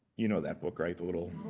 you know that book, right? the little.